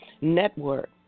network